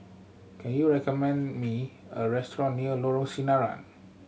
can you recommend me a restaurant near Lorong Sinaran